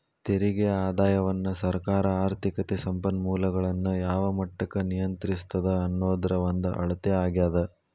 ತೆರಿಗೆ ಆದಾಯವನ್ನ ಸರ್ಕಾರ ಆರ್ಥಿಕತೆ ಸಂಪನ್ಮೂಲಗಳನ್ನ ಯಾವ ಮಟ್ಟಕ್ಕ ನಿಯಂತ್ರಿಸ್ತದ ಅನ್ನೋದ್ರ ಒಂದ ಅಳತೆ ಆಗ್ಯಾದ